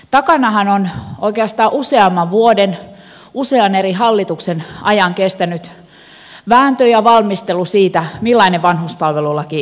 takanahan on oikeastaan useamman vuoden usean eri hallituksen ajan kestänyt vääntö ja valmistelu siitä millainen vanhuspalvelulaki suomeen tarvitaan